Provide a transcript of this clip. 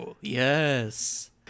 Yes